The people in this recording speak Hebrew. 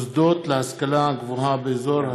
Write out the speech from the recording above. (מוסדות להשכלה גבוהה באזור),